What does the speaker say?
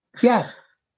Yes